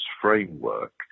framework